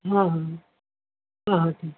हाँ हाँ हाँ ठीक है